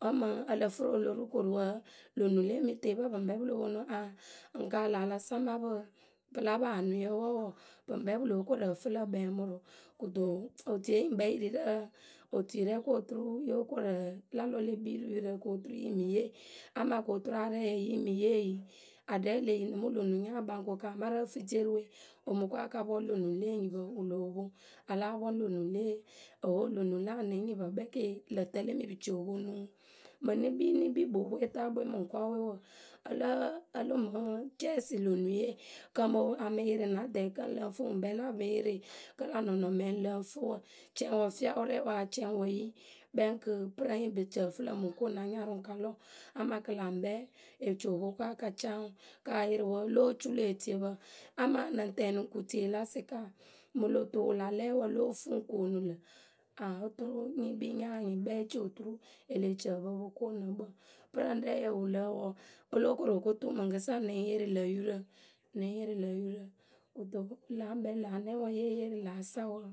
Wǝ́ mǝŋ ǝ lǝ fɨ pǝ o lo ru koruwǝ wǝ́ lö nuŋ le eliteepǝ pɨ lo po nuŋ aŋ ŋ kaa ŋlǝ̈ a la sama pɨ pɨla paanʊtǝ wǝǝ pǝ ŋkpɛ pɨ lóo koru ǝ fɨ lǝ̈ kpɛmʊrʊ. Kɨto otuiye yǝ ŋkpɛ yǝ ri rǝ otui rɛ ko turu yo koru la lɔ le kpii rǝ yurǝ koturu yǝ mɨ yee amaa koturu arɛɛyǝ yǝ mɨ yee yǝ aɖɛ e le yi nɨ mɨ lö nya kpaŋ ko kɨ amarɨ ǝ fɨ dierǝ we omɨ ko a ka pɔ lö le enyipǝ wǝ loo poŋ. A láa pɔ lö nuŋ la anɛŋ nyipǝ kpɛŋ kɨ lǝ̈ tǝ lemi pɨ ci o po nuŋ wǝ. Mǝŋ nɨ kpii nɨ kpii ŋkpǝ wǝpweetaakpwe mɨŋkɔɔwe wɔɔ, ǝ lǝ́ǝ mɨ cɛsɩ lö nuŋye kɨ a mɨ yɩrɩ na dɛ kǝ́ ŋ lǝ ŋ fɨ, ŋwǝ ŋkpɛ la mɨ yɩrɩ kǝ́ lä nɔnɔmɛ ŋ lǝ ŋ fɨ wǝ cɛŋwǝ fiawʊ rɛɛwǝ cɛŋwǝ yi kpɛŋ kɨ pɨrǝŋye ŋ pe ci ǝ fɨ lǝ̈ mɨ ŋ ko na nyarʊ ŋ ka lɔ amaa kɨ lä ŋkpɛ e ci o po ko a ka caa ŋwǝ kɨ ayɩrɩ wɔɔ lóo culu etiepǝ amaa lǝŋ tɛɛnɩ ŋ ku tie la sɩka mǝŋ lö tu wǝ la lɛ wǝǝ, lóo fuu ŋ koonu lǝ̈ aŋ oturu nɨ kpii nya nyɩŋ kpɛŋ e ci o oturu e leh ci ǝ pǝ o po ko nɨ kpǝŋ. Pɨrǝŋ rɛɛyǝ wǝ lǝ wɔɔ, o lóo koru o ko tuu ŋwǝ mɨkɨsa lǝŋ yɩrɩ lǝ̈ yurǝ lǝŋ yɩrɩ lǝ̈ yurǝ. kɨto la ŋkpɛ lǎ nɛŋwǝ yée yee rǝ lǎ sa wǝǝ.